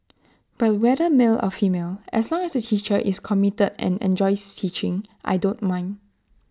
but whether male or female as long as the teacher is committed and enjoys teaching I don't mind